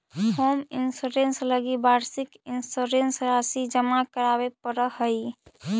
home insurance लगी वार्षिक insurance राशि जमा करावे पड़ऽ हइ